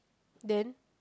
then